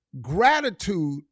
gratitude